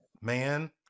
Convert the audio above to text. man